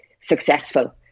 successful